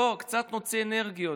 בוא קצת נוציא אנרגיות,